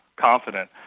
confident